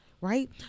Right